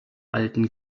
alten